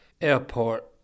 airport